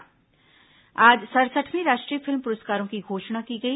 राष्ट्रीय फिल्म पुरस्कार आज सड़सठवें राष्ट्रीय फिल्म पुरस्कारों की घोषणा की गई